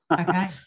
Okay